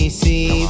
see